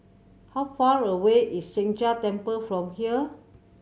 how far away is Sheng Jia Temple from here